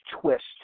twist